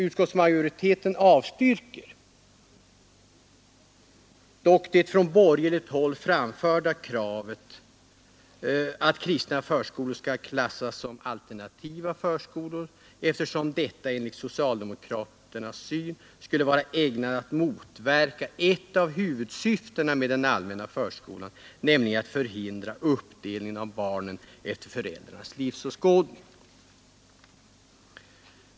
Utskottsmajoriteten avstyrker dock det från borgerligt håll framförda kravet att kristna förskolor skall klassas som alternativa förskolor, eftersom detta enligt socialdemokraternas syn skulle vara ägnat att motverka ett av huvudsyftena med den allmänna förskolan, nämligen att förhindra uppdelning av barn efter föräldrarnas livsåskådning.